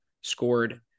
scored